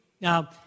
Now